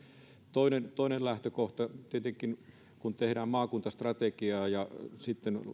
toinen toinen lähtökohta tietenkin kun tehdään maakuntastrategiaa ja sitten